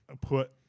put